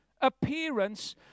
appearance